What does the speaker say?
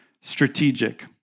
strategic